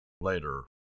later